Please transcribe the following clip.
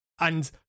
and-